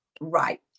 Right